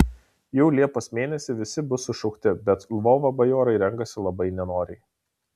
jau liepos mėnesį visi bus sušaukti bet lvovo bajorai renkasi labai nenoriai